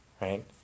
right